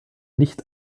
nicht